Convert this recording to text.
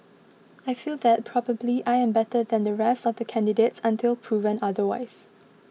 I feel that probably I am better than the rest of the candidates until proven otherwise